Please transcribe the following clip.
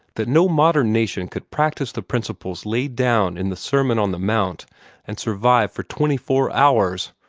that no modern nation could practise the principles laid down in the sermon on the mount and survive for twenty-four hours.